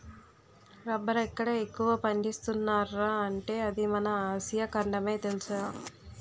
రబ్బరెక్కడ ఎక్కువ పండిస్తున్నార్రా అంటే అది మన ఆసియా ఖండమే తెలుసా?